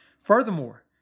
Furthermore